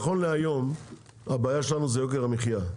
נכון להיום הבעיה שלנו זה יוקר המחיה,